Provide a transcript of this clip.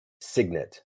signet